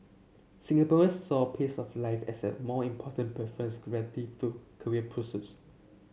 Singaporeans saw pace of life as a more important preference creative to career pursuits